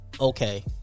okay